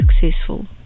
successful